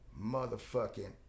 motherfucking